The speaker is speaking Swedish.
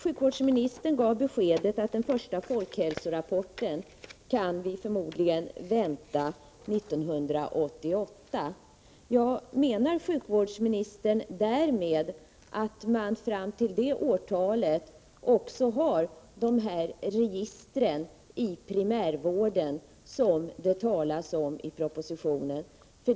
Sjukvårdsministern gav beskedet att vi förmodligen kan vänta den första folkhälsorapporten 1988. Menar sjukvårdsministern därmed att man fram till det årtalet också har de register i primärvården som det talas om i propositionen?